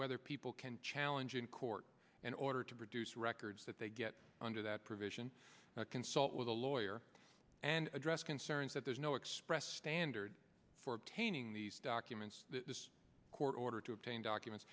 whether people can challenge in court in order to produce records that they get under that provision consult with a lawyer and address concerns that there's no expressed standard for obtaining these documents a court order to obtain documents